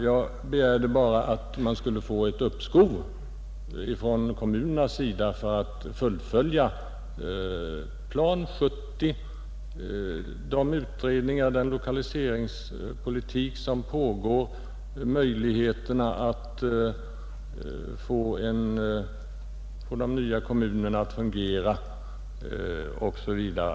Jag begärde bara att kommunerna skulle få ett uppskov för att fullfölja Plan 70 med de lokaliseringspolitiska utredningar som pågår och undersökningar om möjligheterna att få den nya kommunen att fungera.